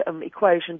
equation